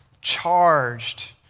charged